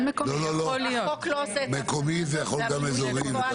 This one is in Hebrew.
לא, מקומי יכול להיות גם אזורי.